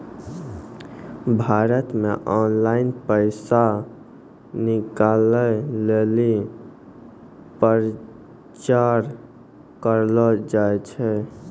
भारत मे ऑनलाइन पैसा निकालै लेली प्रचार करलो जाय छै